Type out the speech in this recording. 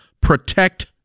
Protect